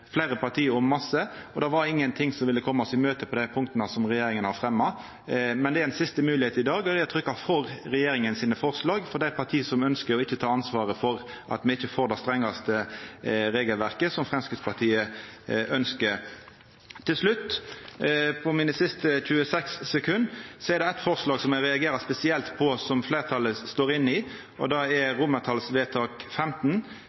fleire parti om mykje, og det var ingen som ville koma oss i møte på dei punkta som regjeringa har fremma. Men det er ein siste moglegheit i dag, og det er å trykka for regjeringspartia sine forslag – for dei partia som ikkje ønskjer å ta ansvaret for at me ikkje får det strengaste regelverket som Framstegspartiet ønskjer. På mine siste 26 sekund er det eitt forslag som eg reagerer spesielt på, og som fleirtalet står inne i, og det